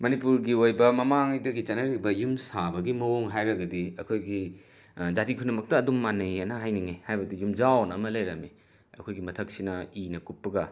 ꯃꯅꯤꯄꯨꯔꯒꯤ ꯑꯣꯏꯕ ꯃꯃꯥꯡꯉꯩꯗꯒꯤ ꯆꯠꯅꯔꯛꯂꯤꯕ ꯌꯨꯝ ꯁꯥꯕꯒꯤ ꯃꯑꯣꯡ ꯍꯥꯏꯔꯒꯗꯤ ꯑꯩꯈꯣꯏꯒꯤ ꯖꯥꯇꯤ ꯈꯨꯗꯤꯡꯃꯛꯇ ꯑꯗꯨꯝ ꯃꯥꯟꯅꯩꯅ ꯍꯥꯏꯅꯤꯡꯉꯦ ꯍꯥꯏꯕꯗꯤ ꯌꯨꯝꯖꯥꯎꯑꯅ ꯑꯃ ꯂꯩꯔꯝꯃꯤ ꯑꯩꯈꯣꯏꯒꯤ ꯃꯊꯛꯁꯤꯅ ꯏꯅ ꯀꯨꯞꯄꯒ